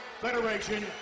Federation